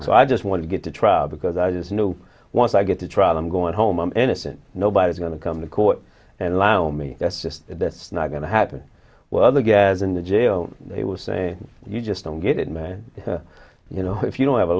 so i just want to get to trial because i just knew once i get to trial i'm going home i'm innocent nobody's going to come to court and allow me that's just that's not going to happen well the guys in the jail they were saying you just don't get it man you know if you don't have a